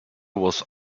was